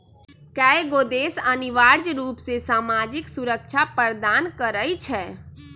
कयगो देश अनिवार्ज रूप से सामाजिक सुरक्षा प्रदान करई छै